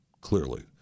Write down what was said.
clearly